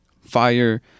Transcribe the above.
fire